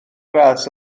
gradd